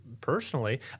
personally